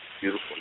beautiful